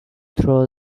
through